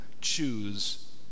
choose